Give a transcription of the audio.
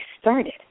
started